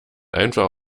einfach